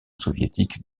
soviétique